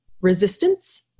resistance